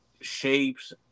shapes